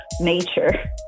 nature